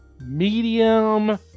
medium